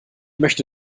möchte